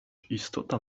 istota